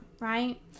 right